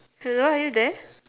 hello are you there